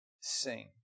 sing